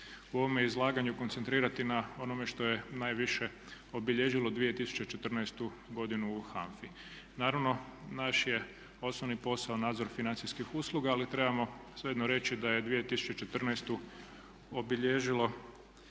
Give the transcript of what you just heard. u ovome izlaganju koncentrirati na onome što je najviše obilježilo 2014. godinu u HANFA-i. Naravno, naš je osnovni posao nadzor financijskih usluga, ali trebamo svejedno reći da je 2014. obilježilo